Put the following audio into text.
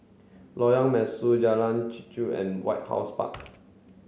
Lorong Mesu Jalan Chichau and White House Park